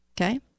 okay